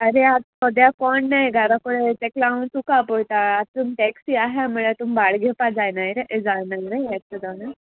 आरे आतां सोद्या कोण ना गारा फळ तेका लागून चुकां पयता आत तुम टॅक्सी आहा म्हळ्यार तुमी भाड घेवपा जायना रे जावना येतलें